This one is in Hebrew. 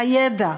הידע,